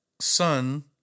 son